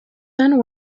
done